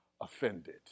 offended